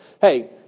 Hey